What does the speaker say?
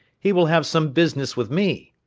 he will have some business with me.